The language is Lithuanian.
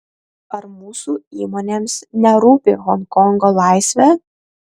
ar mūsų įmonėms nerūpi honkongo laisvė